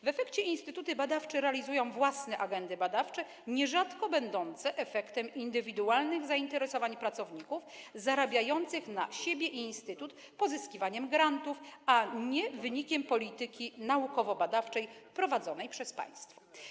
W efekcie instytuty badawcze realizują własne agendy badawcze, nierzadko będące efektem indywidualnych zainteresowań pracowników zarabiających na siebie i instytut pozyskiwaniem grantów, a nie wynikiem polityki naukowo-badawczej prowadzonej przez państwo.